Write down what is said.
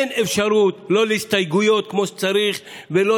אין אפשרות לא להסתייגויות כמו שצריך ולא